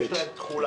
יש להן תחולה.